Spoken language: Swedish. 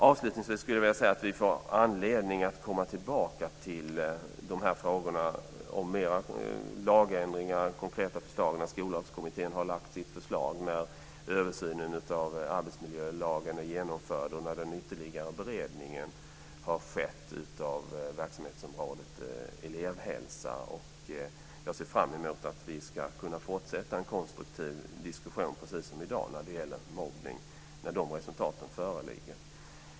Avslutningsvis vill jag säga att vi får anledning att komma tillbaka till dessa frågor, bl.a. om fler lagändringar och konkreta förslag, när Skollagskommittén har lagt fram sitt förslag, när översynen av arbetsmiljölagen är genomförd och när den ytterligare beredningen av verksamhetsområdet elevhälsa har skett. Jag ser fram emot att vi ska kunna fortsätta en konstruktiv diskussion precis som i dag när det gäller mobbning när dessa resultat föreligger.